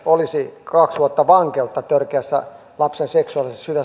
olisi kaksi vuotta vankeutta törkeässä lapsen seksuaalisessa